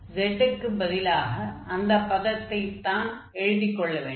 z க்குப் பதிலாக அந்த பதத்தைத்தான் எழுதிக் கொள்ள வேண்டும்